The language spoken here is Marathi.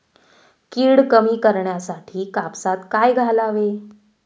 कीड कमी करण्यासाठी कापसात काय घालावे?